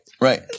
Right